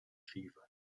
fever